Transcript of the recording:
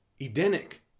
Edenic